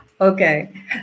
Okay